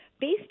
based